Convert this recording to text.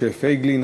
משה פייגלין.